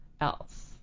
else